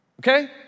okay